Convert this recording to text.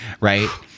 right